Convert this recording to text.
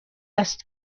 است